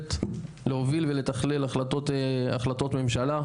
יכולת להוביל ולתכלל החלטות ממשלה.